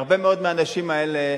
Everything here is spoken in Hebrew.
הרבה מאוד מהנשים האלה